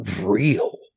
real